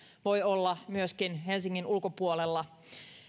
voi olla myöskin helsingin ulkopuolella